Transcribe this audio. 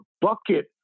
bucket